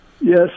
Yes